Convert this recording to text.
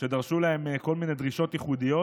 שדרשו להם כל מיני דרישות ייחודיות.